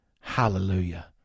Hallelujah